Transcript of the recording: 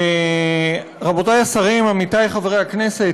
תודה רבה, רבותי השרים, עמיתי חברי הכנסת,